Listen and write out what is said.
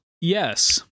Yes